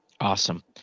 Awesome